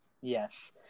Yes